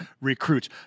recruits